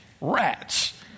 rats